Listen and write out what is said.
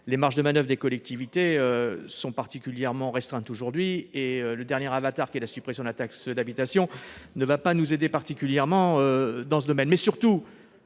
les marges de manoeuvre des collectivités sont particulièrement restreintes aujourd'hui, et le dernier avatar qu'est la suppression de la taxe d'habitation ne va pas nous aider, particulièrement dans ce domaine.